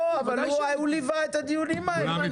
לא, אבל הוא ליווה את הדיונים האלה.